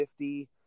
50